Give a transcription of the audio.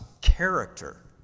character